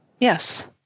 Yes